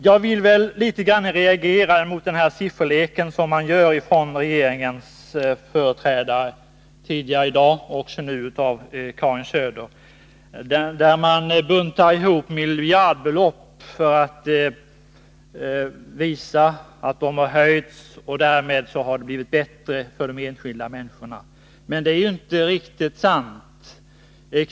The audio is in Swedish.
Jag vill reagera litet mot den sifferlek som regeringens företrädare sysslat med tidigare i dag och som nu också Karin Söder ägnar sig åt — där man buntar ihop miljardbelopp för att visa att anslagen har höjts och att det därmed blivit bättre för de enskilda människorna. Men det är inte riktigt sant.